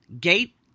Gate